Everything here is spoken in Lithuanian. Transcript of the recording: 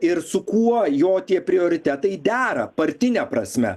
ir su kuo jo tie prioritetai dera partine prasme